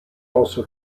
also